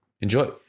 Enjoy